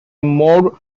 more